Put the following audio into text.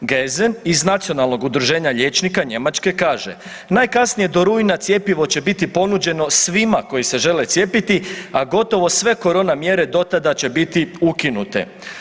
Gezen iz Nacionalnog udruženja liječnika Njemačke kaže najkasnije do rujna cjepivo će biti ponuđeno svima koji se žele cijepiti, a gotovo sve korona mjere do tada će biti ukinute.